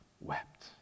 wept